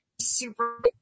super